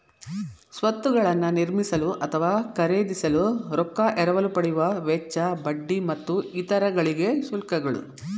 ಸ್ವತ್ತುಗಳನ್ನ ನಿರ್ಮಿಸಲು ಅಥವಾ ಖರೇದಿಸಲು ರೊಕ್ಕಾ ಎರವಲು ಪಡೆಯುವ ವೆಚ್ಚ, ಬಡ್ಡಿ ಮತ್ತು ಇತರ ಗಳಿಗೆ ಶುಲ್ಕಗಳು